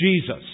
Jesus